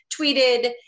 tweeted